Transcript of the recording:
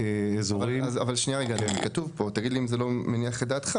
אבל שנייה אדוני, תגיד לי אם זה לא מניח את דעתך.